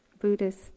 Buddhist